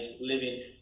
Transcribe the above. living